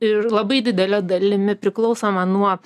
ir labai didele dalimi priklausoma nuo